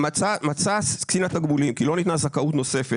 "מצא קצין תגמולים כי לא ניתנה זכאות נוספת